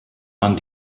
man